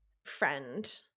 Friend